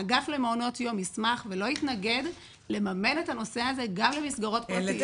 האגף למעונות יום ישמח ולא יתנגד לממן את הנושא הזה גם למסגרות פרטיות.